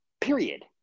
period